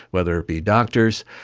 whether it be doctors.